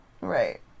Right